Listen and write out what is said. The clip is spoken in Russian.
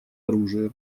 оружия